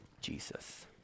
Jesus